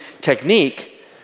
technique